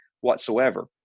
whatsoever